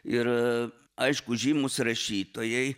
ir aišku žymūs rašytojai